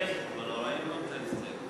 ההסתייגות